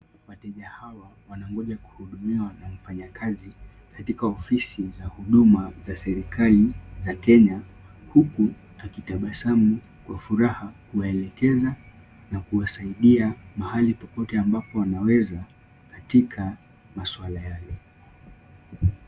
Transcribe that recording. Wateja hawa wanangoja kuhudumiwa na mfanyakazi katika ofisi za huduma za serikali za Kenya huku akitabasamu kwa furaha kuwaelekeza na kuwasaidia mahali popote ambapo anaweza katika maswala yale.